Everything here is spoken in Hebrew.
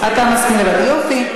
אתה מסכים לוועדה, יופי.